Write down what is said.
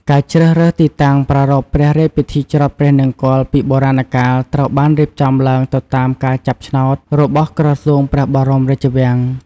ការជ្រើសរើសទីតាំងប្រារព្វព្រះរាជពិធីច្រត់ព្រះនង្គ័លពីបុរាណកាល ត្រូវបានរៀបចំឡើងទៅតាមការចាប់ឆ្នោត របស់ក្រសួងព្រះបរមរាជវាំង។